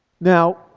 Now